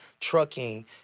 trucking